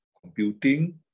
computing